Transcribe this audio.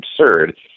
absurd